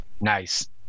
Nice